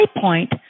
point